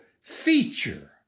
feature